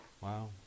Wow